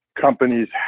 companies